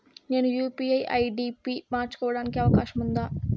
నేను UPI ID పి మార్చుకోవడానికి అవకాశం ఉందా?